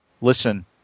listen